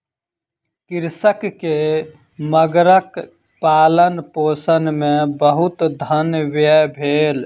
कृषक के मगरक पालनपोषण मे बहुत धन व्यय भेल